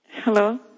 Hello